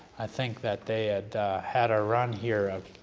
i think that they had had a run here of